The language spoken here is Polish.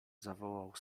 zawołał